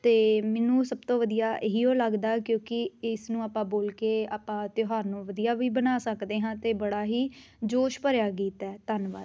ਅਤੇ ਮੈਨੂੰ ਸਭ ਤੋਂ ਵਧੀਆ ਇਹ ਹੀ ਓ ਲੱਗਦਾ ਕਿਉਂਕਿ ਇਸ ਨੂੰ ਆਪਾਂ ਬੋਲ ਕੇ ਆਪਾਂ ਤਿਉਹਾਰ ਨੂੰ ਵਧੀਆ ਵੀ ਬਣਾ ਸਕਦੇ ਹਾਂ ਅਤੇ ਬੜਾ ਹੀ ਜੋਸ਼ ਭਰਿਆ ਗੀਤ ਹੈ ਧੰਨਵਾਦ